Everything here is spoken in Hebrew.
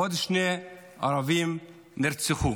עוד שני ערבים נרצחו.